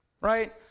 right